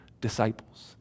disciples